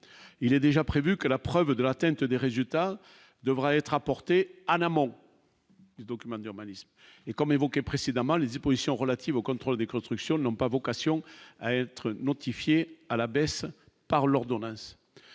il est déjà prévu que la preuve de l'atteinte des résultats devraient être apportées en amont du document d'urbanisme et comme évoqué précédemment, les dispositions relatives au contrôle des constructions non pas vocation à être notifié à la baisse par l'ordonnance